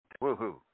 Woo-hoo